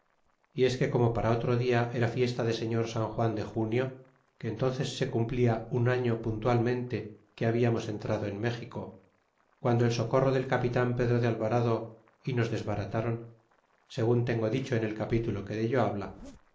y es que como para otro dia era fiesta de señor san juan de junio que cateares se cumplia un año puntualmente que habiamos entrado en méxico guando el socorro del capitan pedro de alvarado y nos desbargtáron segun dicho tengo en el capitulo que dello habla